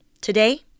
Today